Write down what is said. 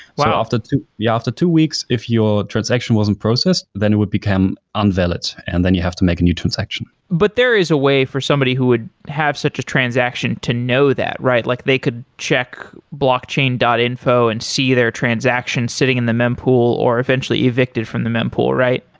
after two yeah after two weeks, if your transaction wasn't processed, then it would become ah invalid and then you have to make a new transaction. but there is a way for somebody who would have such a transaction to know that, right? like they could check blockchain info and see their transaction sitting in the mempool or eventually evicted from the mempool, right?